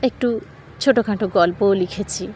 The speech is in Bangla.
একটু ছোটোখাটো গল্পও লিখেছি